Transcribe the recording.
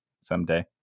Someday